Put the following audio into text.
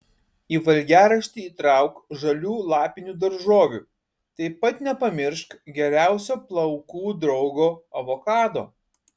į valgiaraštį įtrauk žalių lapinių daržovių taip pat nepamiršk geriausio plaukų draugo avokado